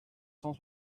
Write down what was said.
cent